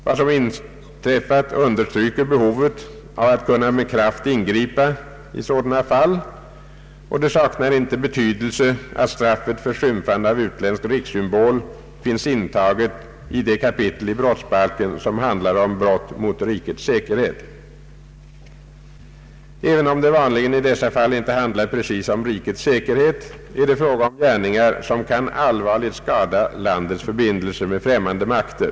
Vad som har inträffat understryker behovet av att kunna med kraft ingripa i dylika fall, och det saknar inte betydelse att straffet för skymfande av utländsk rikssymbol finns intaget i det kapitel i brottsbalken som handlar om brott mot rikets säkerhet. Även om det vanligen i dessa fall inte handlar precis om rikets säkerhet är det fråga om gärningar, som allvarligt kan skada landets förbindelser med främmande makter.